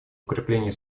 укреплении